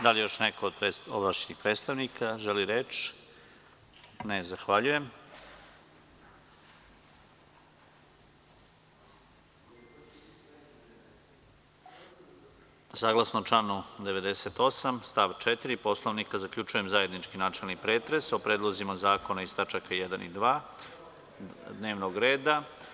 Da li još neko od ovlašćenih predstavnika želi reč? (Ne) Saglasno članu 98. stav 4. Poslovnika zaključujem zajednički načelni pretres o predlozima zakona iz tačaka 1. i 2. dnevnog reda.